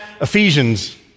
Ephesians